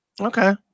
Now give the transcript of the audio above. okay